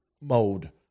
mode